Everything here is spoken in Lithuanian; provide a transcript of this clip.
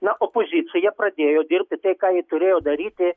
na opozicija pradėjo dirbti tai ką ji turėjo daryti